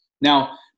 Now